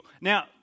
Now